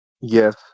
Yes